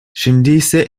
şimdiyse